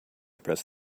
press